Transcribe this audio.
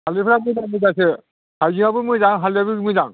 हालदैफ्रा मोजां मोजांसो हायजेङाबो मोजां हालदैयाबो मोजां